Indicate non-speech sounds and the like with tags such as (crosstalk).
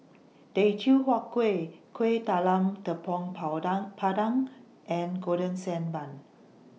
Teochew Huat Kueh Kuih Talam Tepong (unintelligible) Pandan and Golden Sand Bun